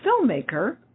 filmmaker